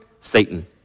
Satan